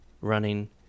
running